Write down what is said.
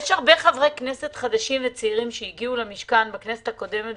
יש הרבה חברי כנסת חדשים וצעירים שהגיעו למשכן בכנסת הקודמת